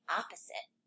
opposite